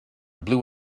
blue